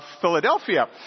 philadelphia